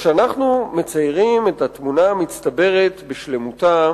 כשאנחנו מציירים את התמונה המצטברת בשלמותה,